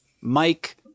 Mike